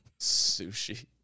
sushi